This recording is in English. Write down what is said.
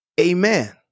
amen